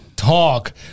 Talk